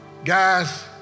Guys